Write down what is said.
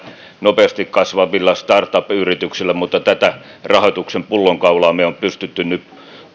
nopeasti kasvavilla startup yrityksillä mutta tätä rahoituksen pullonkaulaa me olemme pystyneet nyt